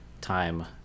time